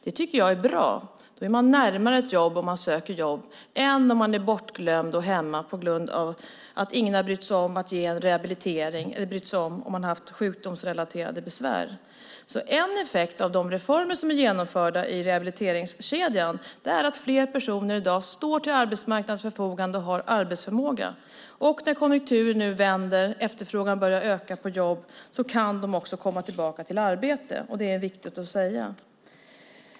Det tycker jag är bra, för man är närmare ett jobb om man söker jobb än om man är bortglömd och hemma på grund av att ingen har brytt sig om att ge en rehabilitering eller brytt sig om eventuella sjukdomsrelaterade besvär. En effekt av de reformer som är genomförda i rehabiliteringskedjan är att fler personer i dag står till arbetsmarknadens förfogande och har arbetsförmåga. Och när konjunkturen nu vänder och efterfrågan på jobb börjar öka kan de också komma tillbaka till arbete.